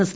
S